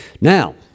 Now